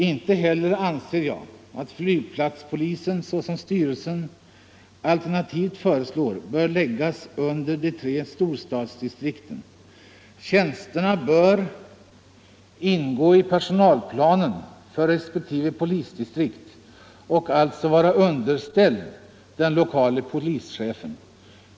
Inte heller anser jag att flygplatspolisen såsom styrelsen alternativt föreslår bör läggas under de tre storstadsdistrikten. Tjänsterna bör ingå i personalplanen för respektive polisdistrikt och alltså vara underställda den lokale polischefen.